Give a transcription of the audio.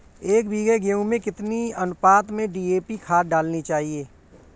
एक बीघे गेहूँ में कितनी अनुपात में डी.ए.पी खाद डालनी चाहिए?